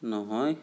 নহয়